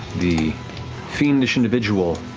the fiendish individual,